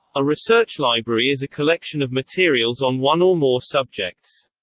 a research library is a collection of materials on one or more subjects.